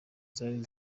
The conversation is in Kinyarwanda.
zari